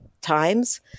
times